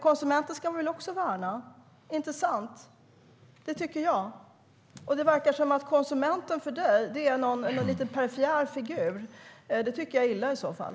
Konsumenten ska vi väl också värna, inte sant? Men för Finn Bengtsson verkar konsumenten vara en liten perifer figur. Det är illa i så fall.